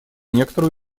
некоторую